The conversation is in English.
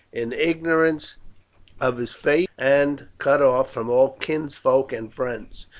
in ignorance of his fate, and cut off from all kinsfolk and friends.